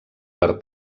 per